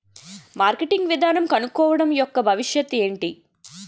Marketing విధానం కనుక్కోవడం యెక్క భవిష్యత్ ఏంటి?